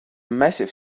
massive